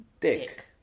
Dick